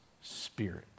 Spirit